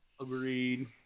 Agreed